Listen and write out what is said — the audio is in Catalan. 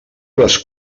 les